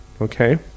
Okay